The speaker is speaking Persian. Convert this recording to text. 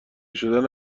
شدن